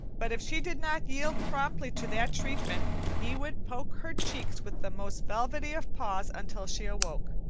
but if she did not yield promptly to that treatment he would poke her cheeks with the most velvety of paws until she awoke.